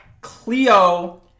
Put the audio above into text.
Cleo